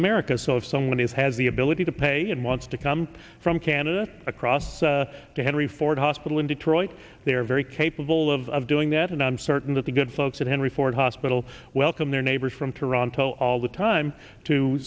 america so if someone is has the ability to pay and wants to come from canada across to henry ford hospital in detroit they are very capable of doing that and i'm certain that the good folks at henry ford hospital welcomed their neighbors from toronto all the time to